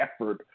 effort